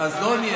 הינה,